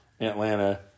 Atlanta